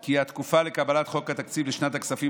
כי התקופה לקבלת חוק התקציב לשנת הכספים